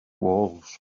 walls